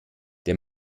der